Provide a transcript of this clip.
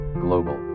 Global